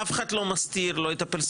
אף אחד לא מסתיר לא את הפרסונליות,